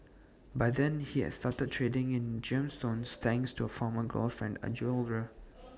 by then he had started trading in gemstones thanks to A former girlfriend A